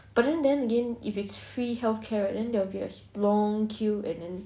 but then again if it's free healthcare right then there will be a long queue and then